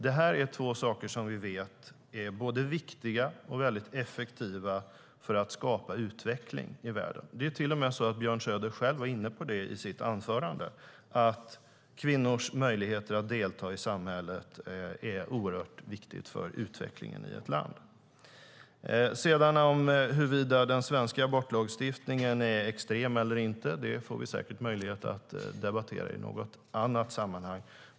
Det är två saker som vi vet är både viktiga och mycket effektiva för att skapa utveckling i världen. Björn Söder var till och med inne på det i sitt anförande. Kvinnors möjligheter att delta i samhället är oerhört viktiga för utvecklingen i ett land. Vi får säkert möjlighet att debattera huruvida den svenska abortlagstiftningen är extrem eller inte i något annat sammanhang.